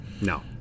No